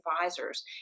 advisors